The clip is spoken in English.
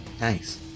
nice